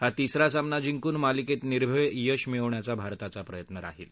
हा तिसरा सामना जिंकून मालिकेत निर्भेळ यश मिळवण्याचा भारताचा प्रयत्न राहील